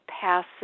passes